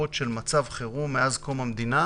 בהארכות של מצב חירום מאז קום המדינה